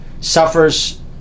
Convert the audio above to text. suffers